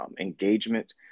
engagement